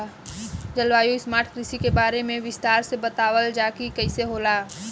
जलवायु स्मार्ट कृषि के बारे में विस्तार से बतावल जाकि कइसे होला?